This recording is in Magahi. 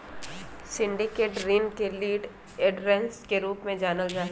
सिंडिकेटेड ऋण के लीड अरेंजर्स के रूप में जानल जा हई